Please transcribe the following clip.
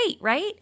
right